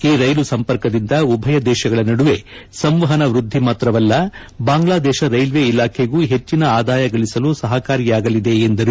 ಈ ರೈಲು ಸಂಪರ್ಕದಿಂದ ಉಭಯ ದೇಶಗಳ ನಡುವೆ ಸಂವಹನ ವ್ಯದ್ಧಿ ಮಾತ್ರವಲ್ಲ ಬಾಂಗ್ಲಾದೇಶ ರೈಲ್ವೆ ಇಲಾಖೆಗೂ ಹೆಚ್ಚಿನ ಆದಾಯ ಗಳಿಸಲು ಸಪಕಾರಿಯಾಗಲಿದೆ ಎಂದರು